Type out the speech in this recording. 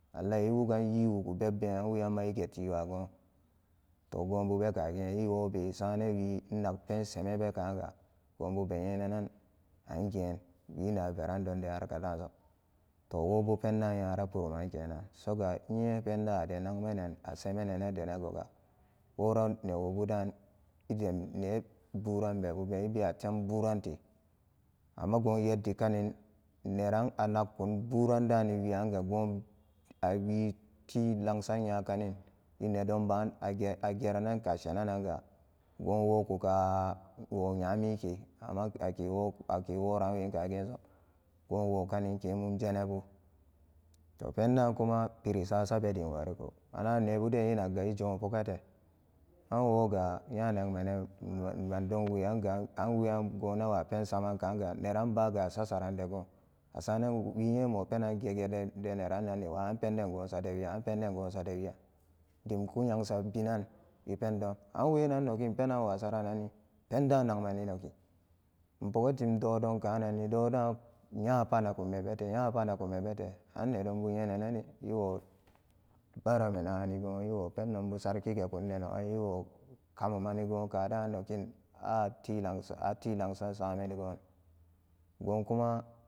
Wallahi ewugan nyi wuge bebben anweyanma egeti wagon to gobabekagen iwobe sananwi inakpensemen bekaga gobu benyenanan angen udina werandon de harkadanso to wobo penda nyara puraman kenan soga innye penda ade nagmanan asemanana denan gogo wora newobudan edenne buran be bube ebewa tem burante amma go yeddi kanin neran a nakkun buranda ewiyanga gonb-awi tilangsan nya kann e nedonba age-ageranan ka shenanga gowokuka wonyamike amma akewo ake woranwe kagenso go wokaninke mumjenabu to penda kuma piri sasabedim wariko mananebuden inagga ejo poga bete anwoga nya nagmanan mandonweyanga an weyan gobewa pensaman kaga neran baga asa saran dego asaranan wi innyimo penan ge-ge deneranniwa an penden gosadewiyan an penden gosadewiyan dimku nyengsabinan e pendon an wenan nogin penan inwa saranami penda nagmani nogi inpogation dodon kananni dodan nyapa nagummebete nyapanagummebete annedonbu nyenanani ewo barame nagani gon ewo pendon bu sarkigekun denogai ewo kamu manigon kadan nogin ati lagsan-ati langsan samanigo gokuma.